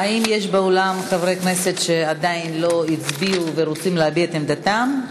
האם יש באולם חברי כנסת שעדיין לא הצביעו ורוצים להביע את עמדתם?